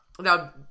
Now